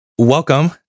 Welcome